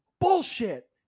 bullshit